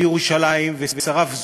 בירושלים ושרף זוג,